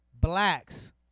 blacks